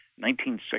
1960